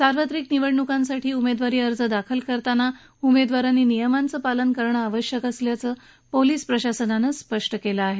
सार्वत्रिक निवडणुकांसाठी उमेदवारी अर्ज दाखल करताना उमेदवारांनी नियमांचं पालन करणं आवश्यक असल्याचं पोलीस प्रशासनानं म्हटलं आहे